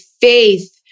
faith